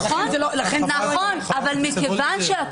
לכן זה לא רלוונטי לפה.